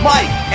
Mike